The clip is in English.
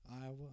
Iowa